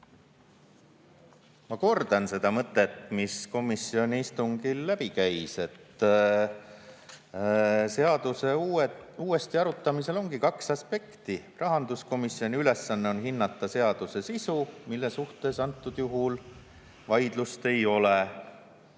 Ma kordan seda mõtet, mis komisjoni istungil läbi käis, et seaduse uuesti arutamisel ongi kaks aspekti. Rahanduskomisjoni ülesanne on hinnata seaduse sisu, mille üle antud juhul vaidlust ei ole,